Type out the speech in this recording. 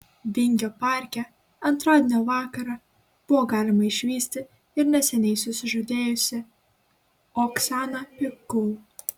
vingio parke antradienio vakarą buvo galima išvysti ir neseniai susižadėjusią oksaną pikul